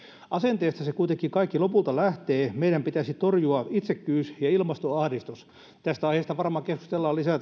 asenteesta kuitenkin kaikki lopulta lähtee meidän pitäisi torjua itsekkyys ja ilmastoahdistus tästä aiheesta varmaan keskustellaan lisää